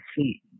see